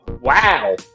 Wow